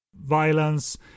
Violence